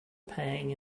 pang